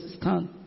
stand